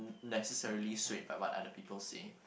necessarily swayed by what other people say